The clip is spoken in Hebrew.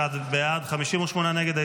51 בעד, 58 נגד.